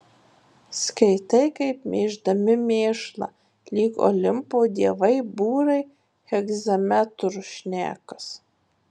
skaitai kaip mėždami mėšlą lyg olimpo dievai būrai hegzametru šnekas